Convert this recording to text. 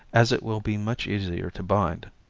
as it will be much easier to bind.